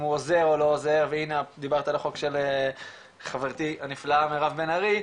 הוא עוזר או לא עוזר והנה דיברת על החוק של חברתי הנפלאה מירב בן ארי,